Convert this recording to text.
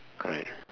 correct